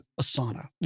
Asana